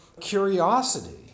Curiosity